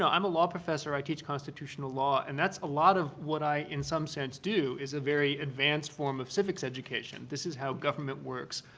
so i'm a law professor, i teach constitutional law, and that's a lot of what i in some sense do is a very advanced form of civics education this is how government works,